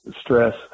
stress